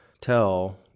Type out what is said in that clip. tell